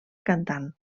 cantant